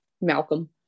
Malcolm